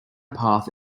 path